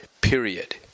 period